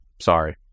sorry